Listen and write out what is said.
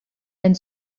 and